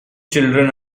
children